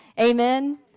Amen